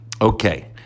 Okay